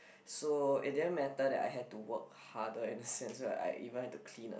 so it didn't matter that I had to work harder in the sense where I even had to clean a